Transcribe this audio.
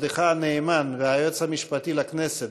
כשעבדך הנאמן והיועץ המשפטי לכנסת,